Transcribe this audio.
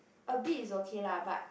a bit is okay lah but